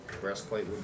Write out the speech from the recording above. breastplate